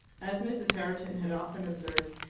as mrs. herriton had often observed,